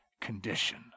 condition